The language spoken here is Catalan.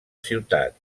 ciutat